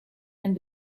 and